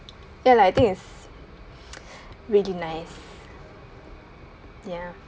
ya lah I think is really nice ya